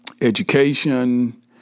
education